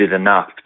enough